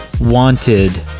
wanted